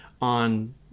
on